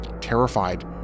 Terrified